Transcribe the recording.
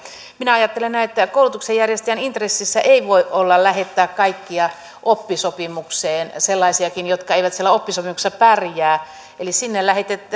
minä ajattelen näin että koulutuksen järjestäjän intressissä ei voi olla lähettää kaikkia oppisopimukseen sellaisiakin jotka eivät siellä oppisopimuksessa pärjää eli sinne lähetetään